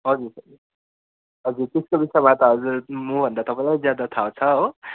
हजुर हजुर त्यो सुबिस्ता भए त हजुर म भन्दा त तपाईँलाई ज्यादा थाहा छ हो